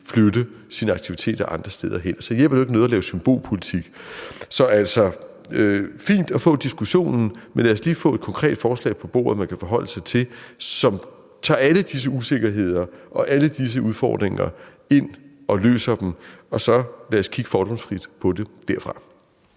flytte sine aktiviteter andre steder hen. Og så hjælper det ikke noget at lave symbolpolitik. Så altså, det er fint at få diskussionen, men lad os lige få et konkret forslag på bordet, som man kan forholde sig til, og som tager alle disse usikkerheder og alle disse udfordringer op og løser dem. Og lad os så kigge fordomsfrit på det derfra.